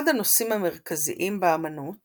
אחד הנושאים המרכזיים באמנות